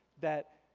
that